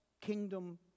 kingdom